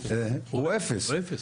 הוא אפס.